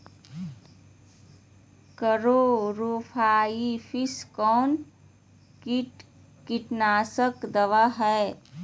Chlorpyrifos कौन किट का कीटनाशक दवा है?